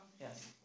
Yes